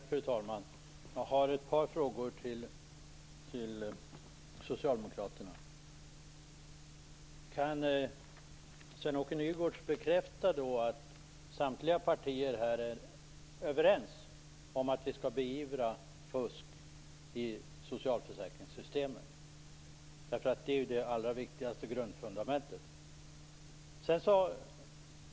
Fru talman! Jag har ett par frågor till socialdemokraterna. Kan Sven-Åke Nygårds bekräfta att samtliga partier här är överens om att vi skall beivra fusk i socialförsäkringssystemen? Det är ju det mest fundamentala i sammanhanget.